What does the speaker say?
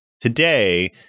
Today